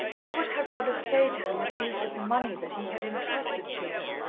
what would her brother say to her misuse of the money that he had entrusted to her?